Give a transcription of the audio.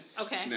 Okay